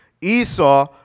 Esau